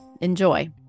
Enjoy